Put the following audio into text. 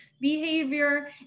behavior